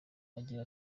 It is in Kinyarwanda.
agira